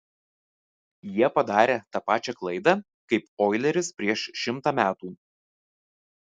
jie padarė tą pačią klaidą kaip oileris prieš šimtą metų